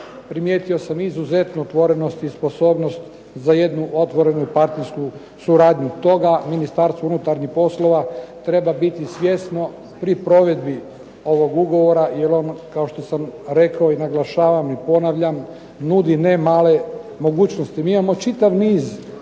primijetio sam izuzetnu otvorenost i sposobnost za jednu otvorenu partnersku suradnju. Toga Ministarstvo unutarnjih poslova treba biti svjesno pri provedbi ovog ugovora jer on, kao što sam rekao i naglašavam i ponavljam, nudi nemale mogućnosti. Mi imamo čitav niz